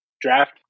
Draft